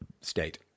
state